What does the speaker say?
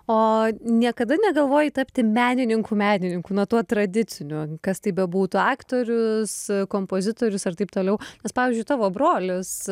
o niekada negalvojai tapti menininku menininku na tuo tradiciniu kas tai bebūtų aktorius kompozitorius ar taip toliau nes pavyzdžiui tavo brolis